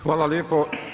Hvala lijepo.